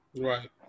right